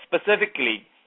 specifically